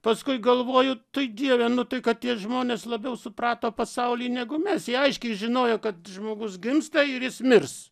paskui galvoju tai dieve nu tai kad tie žmonės labiau suprato pasaulį negu mes jie aiškiai žinojo kad žmogus gimsta ir jis mirs